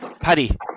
Paddy